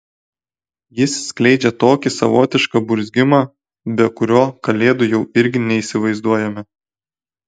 jis skleidžia tokį savotišką burzgimą be kurio kalėdų jau irgi neįsivaizduojame